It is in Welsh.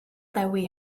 dewi